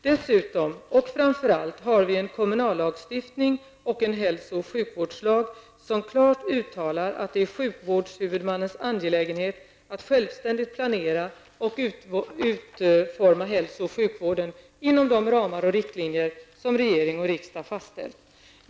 Dessutom -- och framför allt -- har vi en kommunallagstiftning och en hälso och sjukvårdslag, som klart uttalar att det är sjukvårdshuvudmannens angelägenhet att självständigt planera och utforma hälso och sjukvården inom de ramar och riktlinjer som regering och riksdag fastställt.